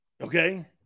Okay